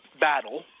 battle